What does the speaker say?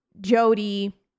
Jody